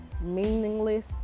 Meaningless